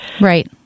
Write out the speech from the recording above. Right